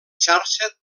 xarxa